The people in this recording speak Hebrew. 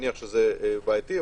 מניח שזה בעייתי.